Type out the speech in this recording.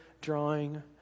drawing